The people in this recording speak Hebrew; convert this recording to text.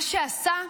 מה שעשה,